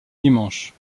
dimanche